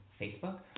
Facebook